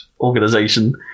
organization